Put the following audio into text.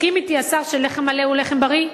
תסכים אתי, השר, שלחם מלא הוא לחם בריא?